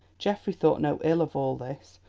geoffrey thought no ill of all this,